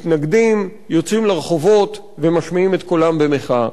מתנגדים, יוצאים לרחובות ומשמיעים את קולם במחאה.